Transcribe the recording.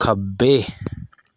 ਖੱਬੇ